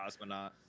Cosmonaut